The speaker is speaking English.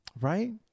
Right